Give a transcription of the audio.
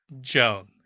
Joan